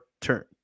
turn